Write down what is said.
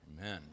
Amen